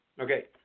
Okay